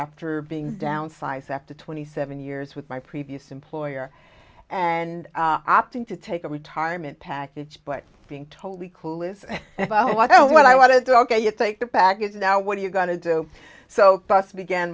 after being downsized after twenty seven years with my previous employer and opting to take a retirement package but being totally clueless and i don't know what i want to do ok you take the baggage now what are you going to do so bus began